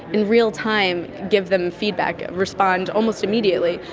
in real time, give them feedback, respond almost immediately.